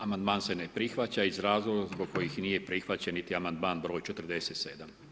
Amandman se ne prihvaća, iz razloga zbog kojih nije prihvaćen niti amandman br. 47.